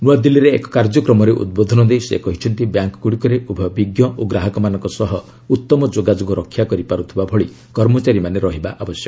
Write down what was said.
ନୃଆଦିଲ୍ଲୀରେ ଏକ କାର୍ଯ୍ୟକ୍ରମରେ ଉଦ୍ବୋଧନ ଦେଇ ସେ କହିଛନ୍ତି ବ୍ୟାଙ୍କଗୁଡ଼ିକରେ ଉଭୟ ବିଜ୍ଞ ଓ ଗ୍ରାହକମାନଙ୍କ ସହ ଉତ୍ତମ ଯୋଗାଯୋଗ ରକ୍ଷା କରିପାରୁଥିବା ଭଳି କର୍ମଚାରୀମାନେ ରହିବା ଉଚିତ